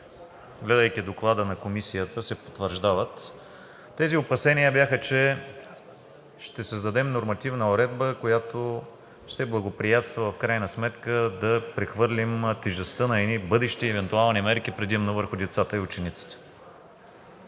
гледайки Доклада на Комисията, се потвърждават. Тези опасения бяха, че ще създадем нормативна уредба, която ще благоприятства в крайна сметка да прехвърлим тежестта на едни бъдещи евентуални мерки предимно върху децата и учениците.